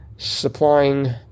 supplying